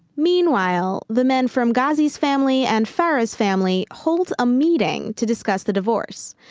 meanwhile, the men from ghazi's family and farah's family hold a meeting to discuss the divorce.